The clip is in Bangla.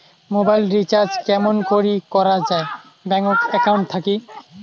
মোবাইল রিচার্জ কেমন করি করা যায় ব্যাংক একাউন্ট থাকি?